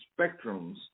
spectrums